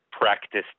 practice